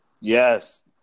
Yes